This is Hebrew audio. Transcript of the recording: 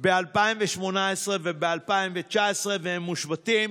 ב-2018 וב-2019 והם מושבתים.